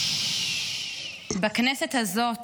בכנסת הזאת